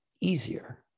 easier